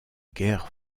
guerre